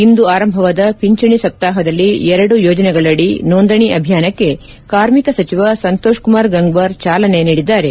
ಇಂದು ಆರಂಭವಾದ ಪಿಂಚಣಿ ಸಪ್ತಾಹದಲ್ಲಿ ಎರಡು ಯೋಜನೆಗಳಡಿ ನೋಂದಣಿ ಅಭಿಯಾನಕ್ಕೆ ಕಾರ್ಮಿಕ ಸಚಿವ ಸಂತೋಷ್ ಕುಮಾರ್ ಗಂಗ್ನಾರ್ ಚಾಲನೆ ನೀಡಿದ್ದಾರೆ